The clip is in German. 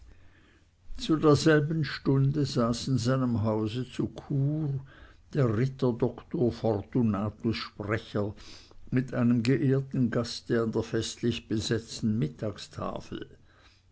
zu dieser stunde saß in seinem hause zu chur der ritter doktor fortunatus sprecher mit einem geehrten gaste an der festlich besetzten mittagstafel